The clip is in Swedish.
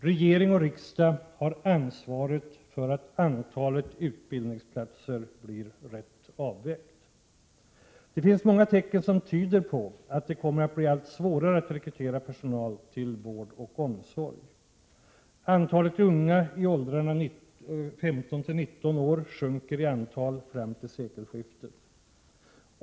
Regering och riksdag har ansvaret för att antalet utbildningsplatser blir rätt avvägt. Det finns många tecken som tyder på att det kommer att bli allt svårare att rekrytera personal till vård och omsorg. Antalet unga i åldrarna 15-19 år sjunker fram till sekelskiftet.